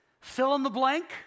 fill-in-the-blank